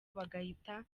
bagahita